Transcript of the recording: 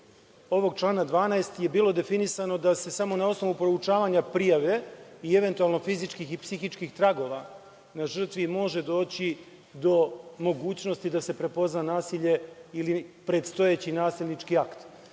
ovog člana 12. je bilo definisano da se samo na osnovu proučavanja prijave i, eventualno, fizičkih i psihičkih tragova na žrtvi može doći do mogućnosti da se prepozna nasilje ili predstojeći nasilnički